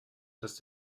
dass